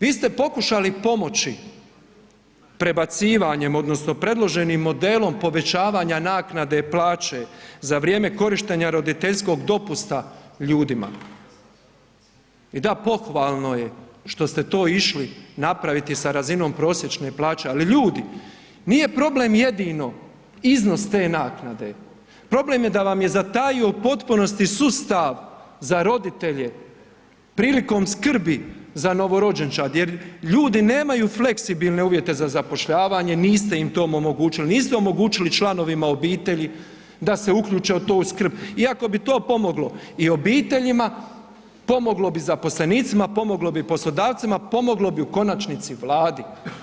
Vi ste pokušali pomoći prebacivanjem odnosno predloženim modelom povećavanja naknade plaće za vrijeme korištenja roditeljskog dopusta ljudima, da pohvalno je što ste to išli napraviti sa razinom prosječne plaće, ali ljudi nije problem jedino iznos te naknade, problem je da vam je zatajio u potpunosti sustav za roditelje prilikom skrbi za novorođenčad jer ljudi nemaju fleksibilne uvjete za zapošljavanje niste im to omogućili, niste omogućili članovima obitelji da se uključe u tu skrb iako bi to pomoglo i obiteljima, pomoglo bi zaposlenicima, pomoglo bi poslodavcima, pomoglo bi u konačnici Vladi.